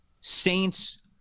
Saints